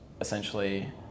essentially